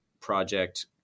project